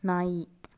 ನಾಯಿ